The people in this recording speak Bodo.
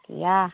गैया